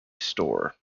store